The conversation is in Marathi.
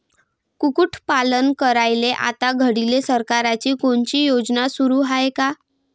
कुक्कुटपालन करायले आता घडीले सरकारची कोनची योजना सुरू हाये का?